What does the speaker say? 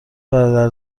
برادر